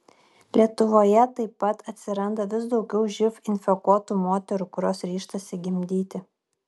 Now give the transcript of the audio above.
lietuvoje taip pat atsiranda vis daugiau živ infekuotų moterų kurios ryžtasi gimdyti